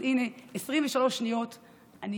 הינה, 23 שניות אני